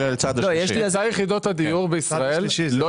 היצע יחידות הדירות בישראל לא